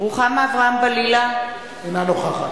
רוחמה אברהם-בלילא, אינה נוכחת